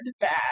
Bad